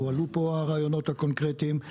הועלו פה הרעיונות הקונקרטיים.